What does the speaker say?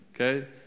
Okay